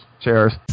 Cheers